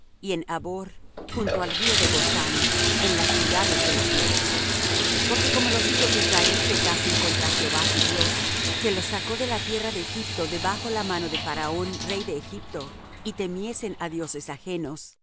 y en habor junto al río de gozán y en las ciudades de los medos porque como los hijos de israel pecasen contra jehová su dios que los sacó de tierra de egipto de bajo la mano de faraón rey de egipto y temiesen á dioses ajenos